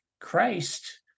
Christ